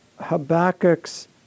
Habakkuk's